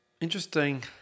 interesting